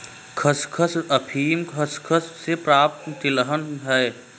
खसखस अफीम खसखस से प्राप्त तिलहन है